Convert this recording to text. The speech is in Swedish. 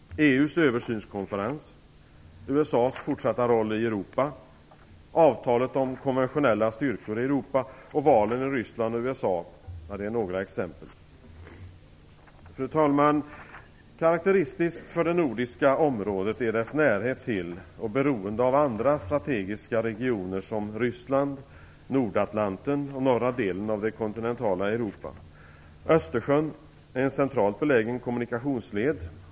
EU:s översynskonferens, USA:s fortsatta roll i Europa, avtalet om konventionella styrkor i Europa och valen i Ryssland och USA är några exempel. Fru talman! Karakteristiskt för det nordiska området är dess närhet till och beroende av andra strategiska regioner som Ryssland, Nordatlanten och norra delen av det kontinentala Europa. Östersjön är en centralt belägen kommunikationsled.